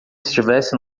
estivesse